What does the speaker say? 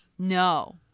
No